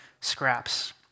scraps